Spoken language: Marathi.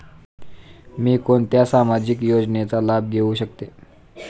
मी कोणत्या सामाजिक योजनेचा लाभ घेऊ शकते?